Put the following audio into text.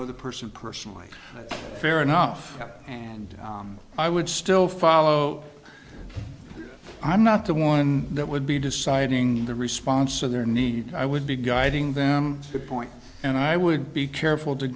know the person personally fair enough and i would still follow i'm not the one that would be deciding the response of their needs i would be guiding them to point and i would be careful to